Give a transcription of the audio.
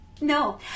no